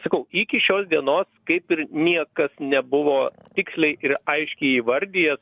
sakau iki šios dienos kaip ir niekas nebuvo tiksliai ir aiškiai įvardyjęs